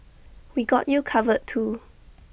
we got you covered too